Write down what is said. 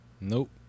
Nope